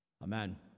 Amen